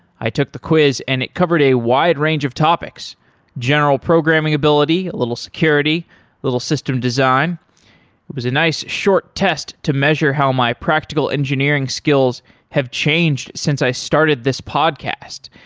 i took the quiz and it covered a wide range of topics general programming ability, a little security, a little system design. it was a nice short test to measure how my practical engineering skills have changed since i started this podcast.